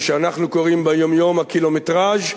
מה שאנחנו קוראים ביום-יום הקילומטרז'